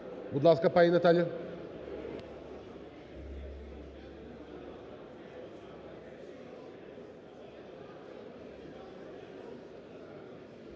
Будь ласка, пані Наталя.